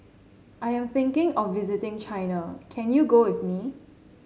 I am thinking of visiting China can you go with me